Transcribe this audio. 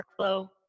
workflow